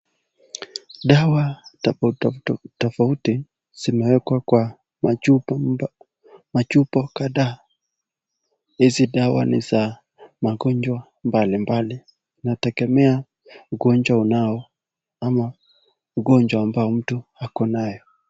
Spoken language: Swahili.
Dawa tofauti tofauti zimeekwa kwa machupa kadhaa. Hizi dawa ni za magonjwa mbalimbali. Inategemea ugonjwa unao ama ugonjwa ambao mtu akonayo.